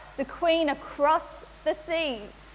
the queen across the seas.